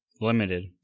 limited